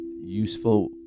useful